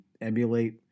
emulate